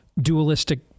dualistic